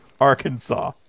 Arkansas